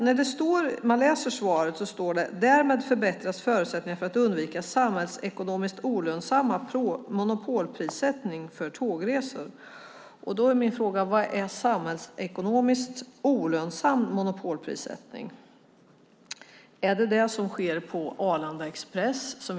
När man läser svaret ser man att det står "Därmed förbättras förutsättningarna för att undvika samhällsekonomiskt olönsam monopolprissättning för tågresor". Då är min fråga: Vad är samhällsekonomiskt olönsam monopolprissättning? Är det vad som sker på Arlanda Express i dag?